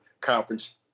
conference